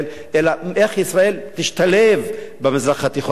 אלא איך ישראל תשתלב במזרח התיכון החדש,